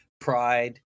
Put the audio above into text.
pride